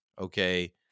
Okay